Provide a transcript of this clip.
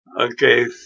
Okay